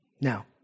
Now